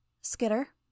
Skitter